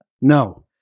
No